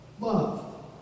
Love